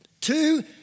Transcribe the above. Two